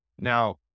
Now